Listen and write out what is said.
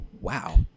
wow